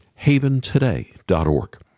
haventoday.org